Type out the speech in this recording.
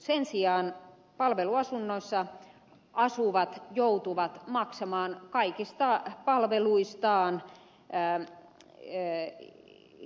sen sijaan palveluasunnoissa asuvat joutuvat maksamaan kaikista palveluistaan jäänyt tie ja